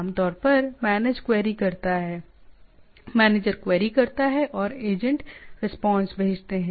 आम तौर पर मैनेजर क्वेरी करता है और एजेंट रिस्पांस भेजते हैं